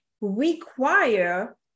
require